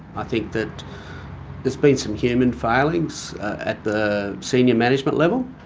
i think that there's been some human failings at the senior management level.